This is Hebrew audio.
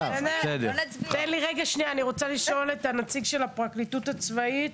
אני רוצה לשאול את הנציג של הפרקליטות הצבאית